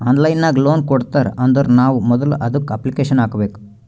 online ನಾಗ್ loan ಕೊಡ್ತಾರ್ ಅಂದುರ್ನು ನಾವ್ ಮೊದುಲ ಅದುಕ್ಕ ಅಪ್ಲಿಕೇಶನ್ ಹಾಕಬೇಕ್